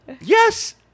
yes